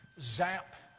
zap